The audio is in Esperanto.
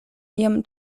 iom